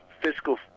fiscal